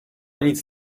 nic